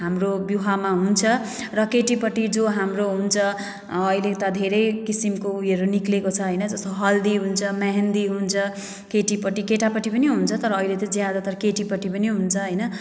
त्यस्तै हाम्रो विवाहमा हुन्छ र केटीपट्टि जो हाम्रो हुन्छ अहिले त धेरै किसिमको उयोहरू निक्लेको छ होइन जस्तो हल्दी हुन्छ मेहन्दी हुन्छ केटीपट्टि केटापट्टि पनि हुन्छ तर अहिले चाहिँ ज्यादातर केटीपट्टि पनि हुन्छ होइन